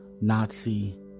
Nazi